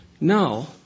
Now